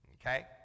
Okay